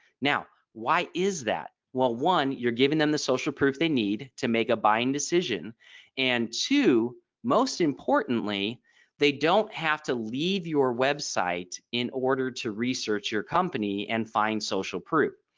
now why is that? well one you're giving them the social proof they need to make a buying decision and two most importantly they don't have to leave your web site in order to research your company and find social proof.